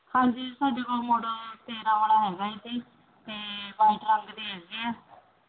ਹਾਂਜੀ ਸਾਡੇ ਕੋਲ ਮੋਡਲ ਤੇਰ੍ਹਾਂ ਵਾਲਾ ਹੈਗਾ ਹੈ ਜੀ ਅਤੇ ਵਾਈਟ ਰੰਗ ਦੀ ਹੈਗੀ ਹੈ